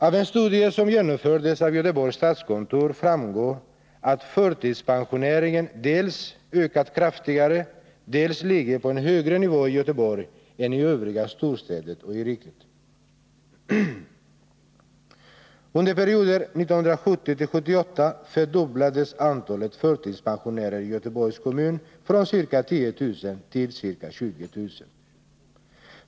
Av en studie som genomförts av Göteborgs stadskontor framgår att förtidspensioneringen dels ökat kraftigare, dels ligger på en högre nivå i Göteborg än i övriga storstäder och i riket. Under perioden 1970-1978 fördubblades antalet förtidspensionärer i Göteborgs kommun från ca 10 000 till ca 20 000.